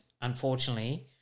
unfortunately